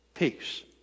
Peace